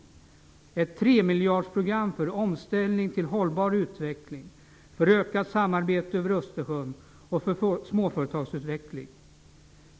Det är ett tremiljardersprogram för omställning till hållbar utveckling, för ökat samarbete över Östersjön och för småföretagsutveckling.